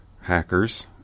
hackers